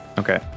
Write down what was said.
Okay